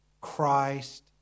Christ